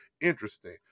interesting